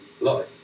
life